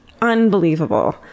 unbelievable